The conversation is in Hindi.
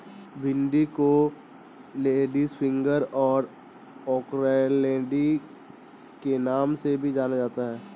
भिन्डी को लेडीफिंगर और ओकरालेडी के नाम से भी जाना जाता है